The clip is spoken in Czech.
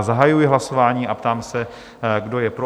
Zahajuji hlasování a ptám se, kdo je pro?